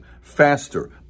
faster